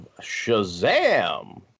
Shazam